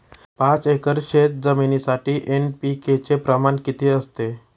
पाच एकर शेतजमिनीसाठी एन.पी.के चे प्रमाण किती असते?